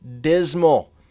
dismal